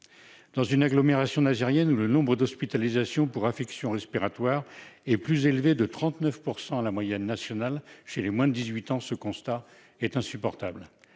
Dans l'agglomération nazairienne, le nombre d'hospitalisations pour affections respiratoires est plus élevé de 39 % à la moyenne nationale chez les moins de 18 ans. Un tel constat est insupportable